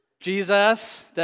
Jesus